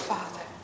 Father